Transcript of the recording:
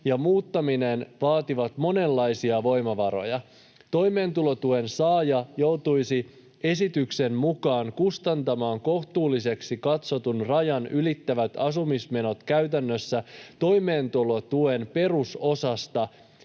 ja muuttaminen vaativat monenlaisia voimavaroja. Toimeentulotuen saaja joutuisi esityksen mukaan kustantamaan kohtuulliseksi katsotun rajan ylittävät asumismenot käytännössä toimeentulotuen perusosasta,